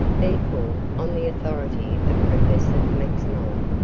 therefore, on the authority of professor max muller,